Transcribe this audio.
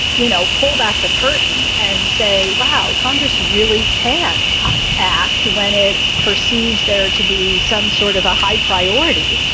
you know, pull back the curtain and say, wow, congress really can act when it perceives there to be some sort of a high priority.